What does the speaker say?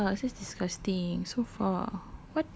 eh ya so disgusting so far